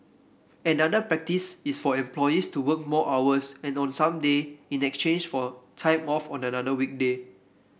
another practice is for employees to work more hours and on some day in exchange for time off on another weekday